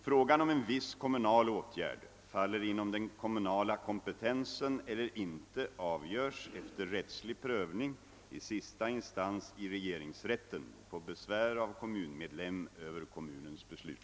Frågan om en viss kommunal åtgärd faller inom den kommunala kompetensen eller inte avgörs efter rättslig prövning — i sista instans i regeringsrätten — på besvär av kommunmedlem över kommunens beslut.